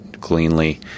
cleanly